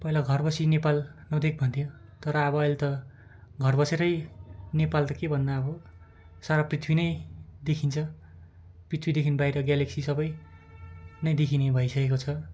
पहिला घर बसी नेपाल नदेख भन्थ्यो तर अब अहिले त घर बसेरै नेपाल त के भन्नु अब सारा पृथ्वी नै देखिन्छ पृथ्वीदेखि बाहिर ग्यालेक्सी सबै नै देखिने भइसकेको छ